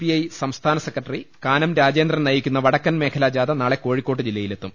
I സംസ്ഥാന secretary Kanam Rajendran നയിക്കുന്ന വടക്കൻ മേഖലാജാഥ നാളെ കോഴിക്കോട് ജില്ലയിലെത്തും